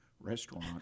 restaurant